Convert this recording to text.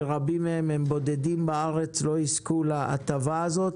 שרבים מהם בודדים בארץ, לא יזכו להטבה הזאת.